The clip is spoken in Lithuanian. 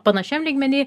panašiam lygmeny